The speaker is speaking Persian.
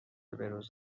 بهروز